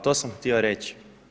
To sam htio reći.